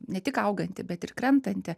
ne tik auganti bet ir krentanti